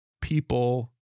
people